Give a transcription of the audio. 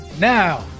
Now